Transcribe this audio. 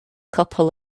couple